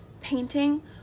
painting